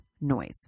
noise